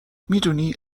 میدونی